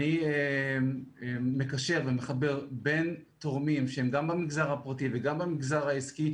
הוא לקשר ולחבר בין תורמים שהם גם במגזר הפרטי וגם במגזר העסקי.